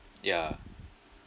ya